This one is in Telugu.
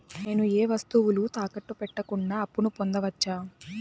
నేను ఏ వస్తువులు తాకట్టు పెట్టకుండా అప్పును పొందవచ్చా?